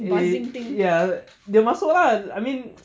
eh ya dia masuk lah I mean